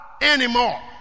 anymore